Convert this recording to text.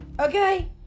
Okay